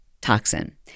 toxin